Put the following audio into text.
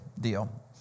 deal